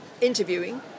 interviewing